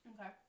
Okay